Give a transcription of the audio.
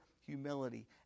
humility